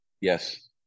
Yes